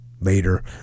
later